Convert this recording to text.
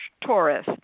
Taurus